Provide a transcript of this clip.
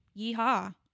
yeehaw